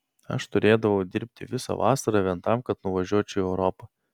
aš turėdavau dirbti visą vasarą vien tam kad nuvažiuočiau į europą